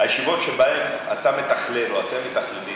הישיבות שבהן אתה מתכלל או אתם מתכללים,